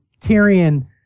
Tyrion